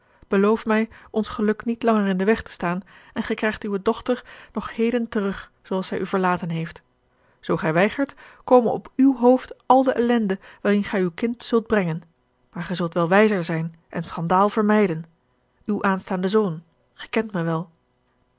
een ongeluksvogel ons geluk niet langer in den weg te staan en gij krijgt uwe doch ter nog heden terug zooals zij u verlaten heeft zoo gij weigert kome op uw hoofd al de ellende waarin gij uw kind zult brengen maar gij zult wel wijzer zijn en schandaal vermijden uw aanstaande zoon gij kent mij wel